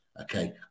okay